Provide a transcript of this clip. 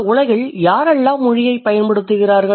இந்த உலகில் யாரெல்லாம் மொழியைப் பயன்படுத்துகிறார்கள்